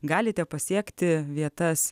galite pasiekti vietas